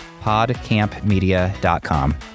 Podcampmedia.com